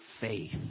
faith